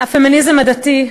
הפמיניזם הדתי,